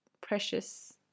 precious